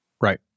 Right